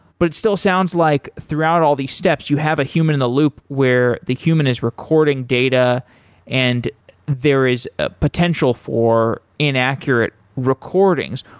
but it still sounds like throughout all these steps, you have a human in the loop where the human is recording data and there is ah potential for inaccurate recordings.